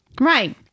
Right